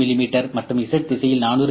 me மற்றும் Z திசையில் 400 மி